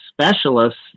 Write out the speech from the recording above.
specialists